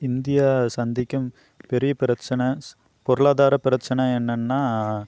India சந்திக்கும் பெரிய பிரச்சினை பொருளாதாரப் பிரச்சினை என்னென்னால்